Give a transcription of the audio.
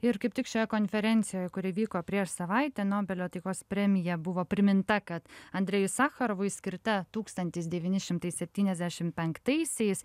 ir kaip tik šioje konferencijoj kuri vyko prieš savaitę nobelio taikos premija buvo priminta kad andrejui sacharovui skirta tūkstantis devyni šimtai septyniasdešim penktaisiais